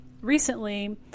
recently